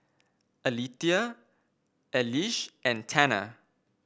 Alethea Elige and Tanner